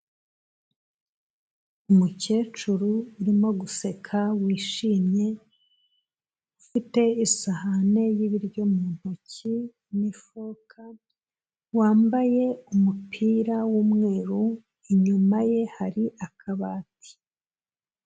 Umukecuru urimo guseka wishimye, ufite isahane y'ibiryo mu ntoki n'ifoka, wambaye umupira w'umweru, inyuma ye hari akabati.